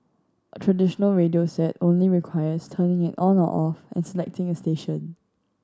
a traditional radio set only requires turning it on or off and selecting a station